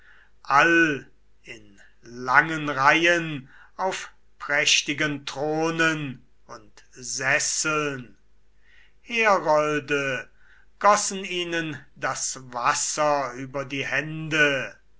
all in langen reihen auf prächtigen thronen und sesseln herolde gossen ihnen das wasser über die hände